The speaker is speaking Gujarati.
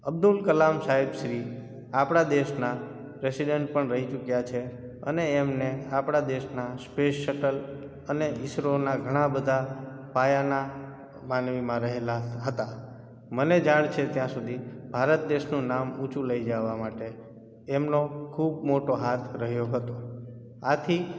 અબ્દુલ કલામ સાહેબ શ્રી આપણા દેશના પ્રૅસિડેન્ટ પણ રહી ચુક્યા છે અને એમને આપણા દેશનાં સ્પેસ શટલ અને ઈસરોના ઘણા બધા પાયાના માનવીમાં રહેલા હતા મને જાણ છે ત્યાં સુધી ભારત દેશનું નામ ઊંચું લઇ જવા માટે એમનો ખૂબ મોટો હાથ રહ્યો હતો આથી